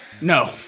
No